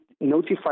notify